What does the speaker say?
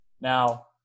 Now